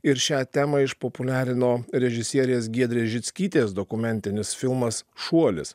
ir šią temą išpopuliarino režisierės giedrės žickytės dokumentinis filmas šuolis